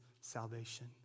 salvation